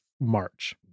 March